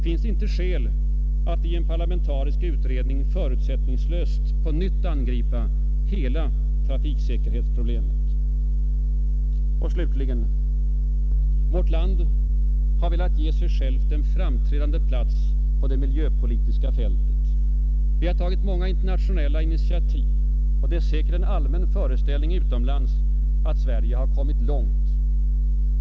Finns det inte skäl att i en parlamentarisk utredning förutsättningslöst på nytt angripa hela trafiksäkerhetsproblemet? Och slutligen: Vårt land har velat ge sig självt en framträdande plats på det miljöpolitiska fältet. Vi har tagit många internationella initiativ. Det är säkerligen en allmän föreställning utomlands att Sverige har kommit långt.